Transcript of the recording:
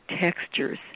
textures